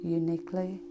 uniquely